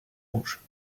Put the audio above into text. rouges